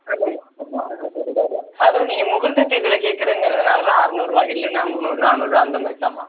ஆமாம்மா ஆமாம்மா அறநூறுரூபா தான் அதுவும் நீங்கள் முகூர்த்த தேதியில் கேட்குறிங்கங்கிறதால தான் அறநூறுரூபா இல்லைன்னா முந்நூறு நானூறு அந்த மாதிரி தானும்மா